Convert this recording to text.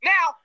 Now